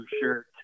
shirt